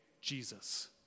Jesus